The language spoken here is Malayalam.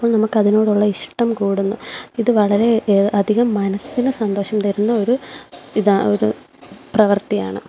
അപ്പോൾ നമുക്ക് അതിനോടുള്ള ഇഷ്ടം കൂടുന്നു ഇത് വളരെ അധികം മനസ്സിന് സന്തോഷം തരുന്ന ഒരു ഇതാ ഒരു പ്രവർത്തിയാണ്